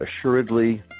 assuredly